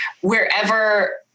wherever